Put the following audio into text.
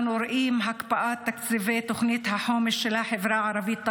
אנו רואים הקפאת תקציבי תוכנית החומש של החברה הערבית,